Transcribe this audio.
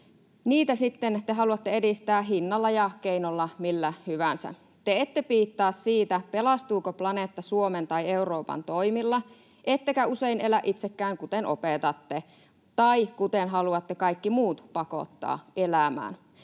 Niitä te sitten haluatte edistää hinnalla ja keinolla millä hyvänsä. Te ette piittaa siitä, pelastuuko planeetta Suomen tai Euroopan toimilla, ettekä usein elä itsekään kuten opetatte tai kuten haluatte kaikki muut pakottaa elämään.